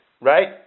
right